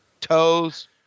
toes